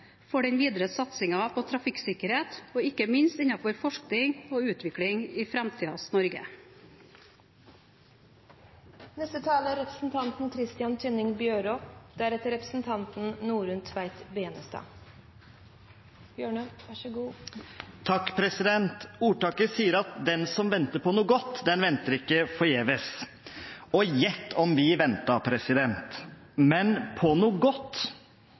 for den videre satsingen på trafikksikkerhet og ikke minst innenfor forskning og utvikling i framtidens Norge. Ordtaket sier at den som venter på noe godt, venter ikke forgjeves. Og gjett om vi ventet – men på noe godt? Jeg tror vi heller sier at den som venter på en helt nødvendig justering, venter ikke forgjeves.